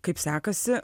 kaip sekasi